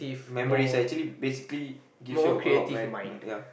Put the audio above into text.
memories ah actually basically gives you a lot of me~ ya